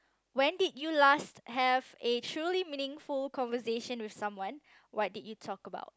when did you last have a truly meaningful conversation with someone what did you talk about